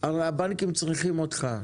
הרי הבנקים צריכים אותך,